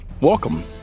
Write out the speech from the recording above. welcome